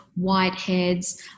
whiteheads